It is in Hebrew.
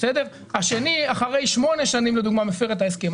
השני אחרי שמונה שנים לדוגמה מפר את ההסכם,